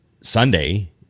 Sunday